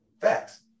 Facts